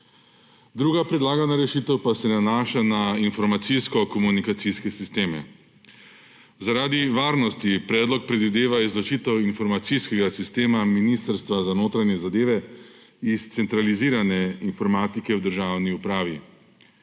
Druga predlagana rešitev pa se nanaša na informacijsko-komunikacijske sisteme. Zaradi varnosti predlog predvideva izločitev informacijskega sistema Ministrstva za notranje zadeve iz centralizirane informatike v državni upravi.